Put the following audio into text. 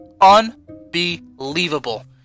Unbelievable